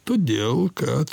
todėl kad